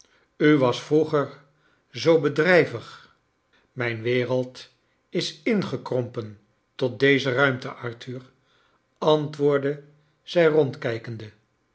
u was vroeger zoo bedrijvig tvlijn wcreld is ingekrompen tot deze ruimte arthur antwoordde zij rnndklikejide